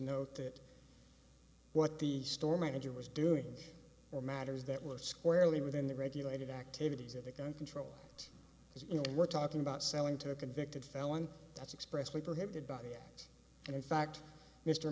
note that what the store manager was doing are matters that were squarely within the regulated activities of the gun control as you know we're talking about selling to a convicted felon that's expressly prohibited body and in fact mr